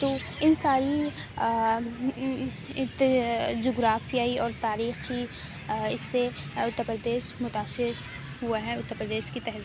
تو ان ساری جغرافیائی اور تاریخی اس سے اترپردیش متاثر ہوا ہے اترپردیش کی تہذیب